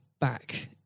back